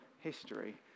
history